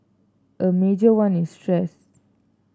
a major one is stress